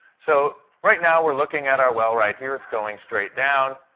so right now, we're looking at our well right here. it's going straight down.